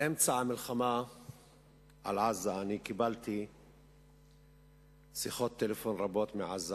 באמצע המלחמה על עזה אני קיבלתי שיחות טלפון רבות מעזה,